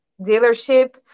dealership